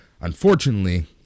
unfortunately